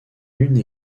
une